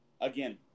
again